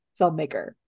filmmaker